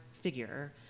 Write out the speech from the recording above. figure